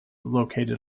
located